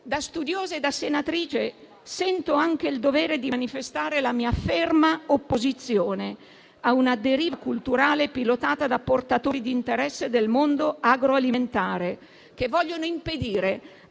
Da studiosa e da senatrice, sento anche il dovere di manifestare la mia ferma opposizione a una deriva culturale pilotata da portatori di interesse del mondo agroalimentare, che vogliono impedire